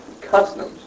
customs